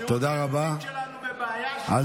מה צריך, הזהות היהודית שלנו בבעיה, 8 מיליון שקל?